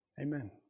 Amen